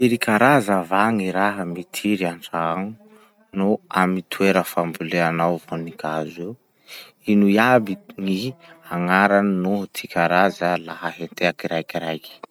Firy karaza va gny raha mitiry antragno no amy toera famboleanao vonin-kazo eo? Ino iaby ny agnarany noho ty karazany laha hentea kiraikiraiky?